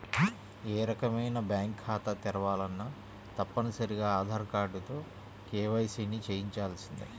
ఏ రకమైన బ్యేంకు ఖాతా తెరవాలన్నా తప్పనిసరిగా ఆధార్ కార్డుతో కేవైసీని చెయ్యించాల్సిందే